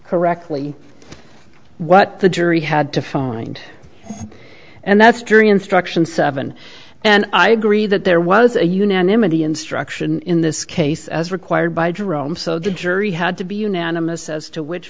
correctly what the jury had to find and that's jury instruction seven and i agree that there was a unanimity instruction in this case as required by jerome so the jury had to be unanimous as to which